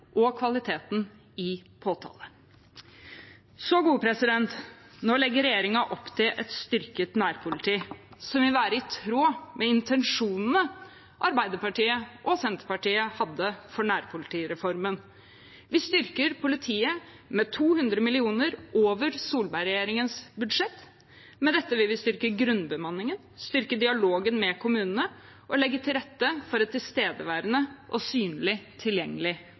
og kvaliteten i påtalemyndigheten. Nå legger regjeringen opp til et styrket nærpoliti, som vil være i tråd med intensjonene Arbeiderpartiet og Senterpartiet hadde for nærpolitireformen. Vi styrker politiet med 200 mill. kr mer enn Solberg-regjeringens budsjett. Med dette vil vi styrke grunnbemanningen, styrke dialogen med kommunene og legge til rette for et tilstedeværende, synlig og tilgjengelig